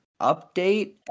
update